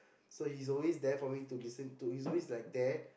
so he's always there for me to listen to he's always like there